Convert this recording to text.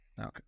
Okay